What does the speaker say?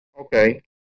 okay